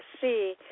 see